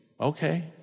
okay